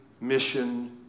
mission